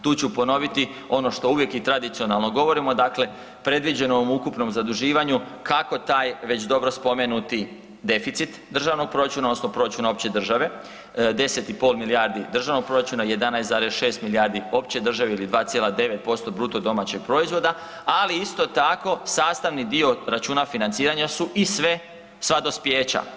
Tu ću ponoviti ono što uvijek i tradicionalno govorimo, dakle predviđeno u ukupnom zaduživanju kako taj već dobro spomenuti deficit državnog proračuna odnosno proračuna opće države 10,5 milijardi državnog proračuna, 11,6 milijardi opće države ili 2,9% BDP-a, ali isto tako sastavni dio računa financiranja su i sve, sva dospijeća.